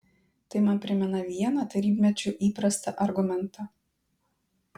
tai man primena vieną tarybmečiu įprastą argumentą